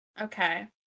okay